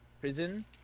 prison